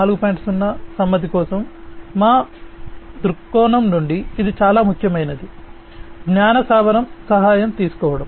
0 సమ్మతి కోసం మా దృక్కోణం నుండి ఇది చాలా ముఖ్యమైనది జ్ఞాన స్థావరం సహాయం తీసుకోవడం